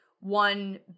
one